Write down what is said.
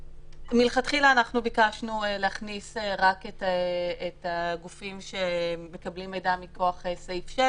מלכתחילה אנחנו ביקשנו להכניס רק את הגופים שמקבלים מידע מכוח סעיף 6,